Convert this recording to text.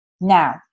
Now